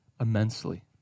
immensely